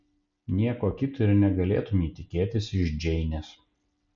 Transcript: nieko kito ir negalėtumei tikėtis iš džeinės